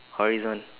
horizon~